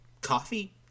coffee